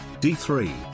d3